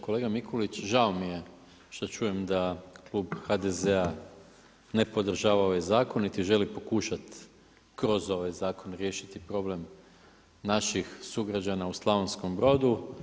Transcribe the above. Kolega Mikulić, žao mi je što čujem da klub HDZ-a ne podržava ovaj zakon niti želi pokušati kroz ovaj zakon riješiti problem naših sugrađana u Slavonskom Brodu.